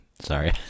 Sorry